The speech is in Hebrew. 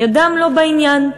ידם לא בעניין.